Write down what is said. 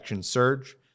surge